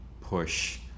push